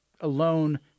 alone